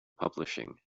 publishing